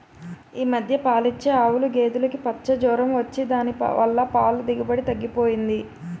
ఈ మధ్య పాలిచ్చే ఆవులు, గేదులుకి పచ్చ జొరం వచ్చి దాని వల్ల పాల దిగుబడి తగ్గిపోయింది